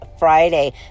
Friday